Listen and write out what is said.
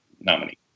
nominee